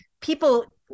people